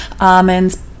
almonds